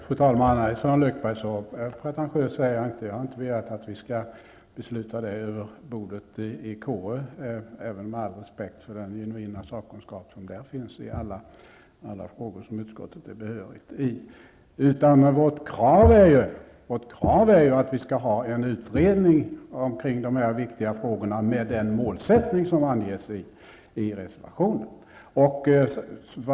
Fru talman! Nej, Sören Lekberg, så pretentiös är jag inte. Jag har inte begärt att vi skall fatta ett beslut över bordet i KU, även om jag har all respekt för den genuina sakkunskap som där finns i alla frågor som utskottet är behörigt att behandla. Vårt krav är att en utredning skall tillsättas om dessa viktiga frågor med den målsättning som anges i reservationen.